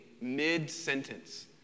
mid-sentence